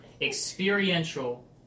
experiential